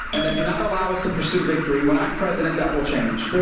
and that do not allow us to pursue victory. when i'm president, that will change.